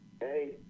hey